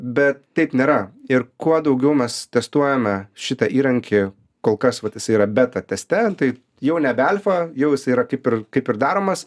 bet taip nėra ir kuo daugiau mes testuojame šitą įrankį kol kas vat jisai yra beta teste tai jau nebe alfa jau jis yra kaip ir kaip ir daromas